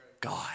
God